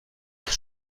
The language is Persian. باعث